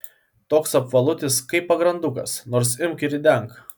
toks apvalutis kaip pagrandukas nors imk ir ridenk